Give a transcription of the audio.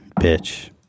Bitch